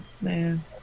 Man